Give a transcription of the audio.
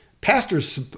Pastors